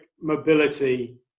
mobility